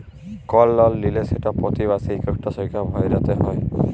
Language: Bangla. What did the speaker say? কল লল লিলে সেট পতি মাসে ইকটা সংখ্যা ভ্যইরতে হ্যয়